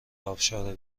آبشار